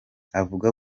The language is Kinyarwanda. avuga